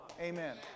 Amen